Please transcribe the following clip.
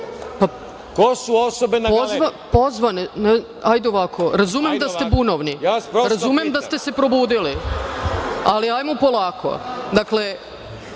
Ko su osobe na galeriji? **Ana Brnabić** Hajde ovako. Razumem da ste bunovni, razumem da ste se probudili, ali ajmo polako.